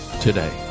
Today